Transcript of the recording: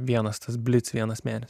vienas tas blic vienas mėnesis